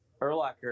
Erlacher